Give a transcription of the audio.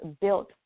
built